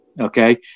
okay